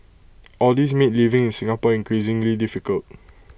all these made living in Singapore increasingly difficult